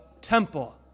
temple